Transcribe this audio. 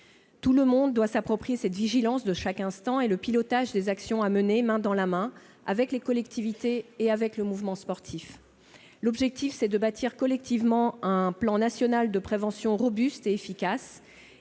Chacun doit s'approprier cette vigilance de chaque instant. Le pilotage des actions doit être mené main dans la main avec les collectivités et le mouvement sportif, afin de bâtir collectivement un plan national de prévention robuste et efficace,